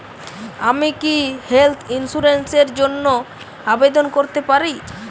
আমি কি health insurance র জন্য আবেদন করতে পারি?